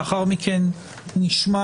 לאחר מכן נשמע,